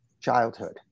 childhood